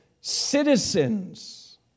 citizens